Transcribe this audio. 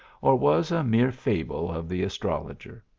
or was a mere fable of the astrologer.